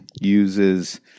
uses